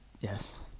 Yes